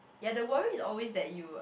ya the worries always that you